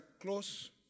close